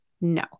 no